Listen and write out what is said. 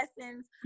lessons